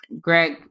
Greg